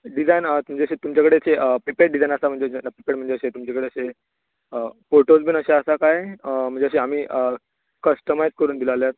design आहा तुमचे तुमच्या कडेन अशी प्रिपॅर्ड डिझायन आहा प्रिपॅर्ड म्हणजे अशें तुमच्या कडेन अशें फोटोझ बीन अशें आसा कांय म्हणजे आमी अशें कस्टमायझ करून दिलें जाल्यार